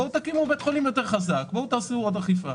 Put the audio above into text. בואו תקימו בית חולים יותר חזק ותעשו עוד אכיפה.